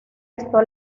esto